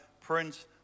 Prince